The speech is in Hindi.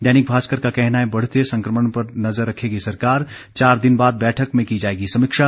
दैनिक भास्कर का कहना है बढ़ते संकमण पर नजर रखेगी सरकार चार दिन बाद बैठक में की जाएगी समीक्षा